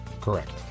Correct